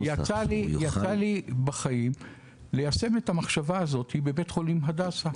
יצא לי בחיים ליישם את המחשבה הזאת בבית חולים הדסה.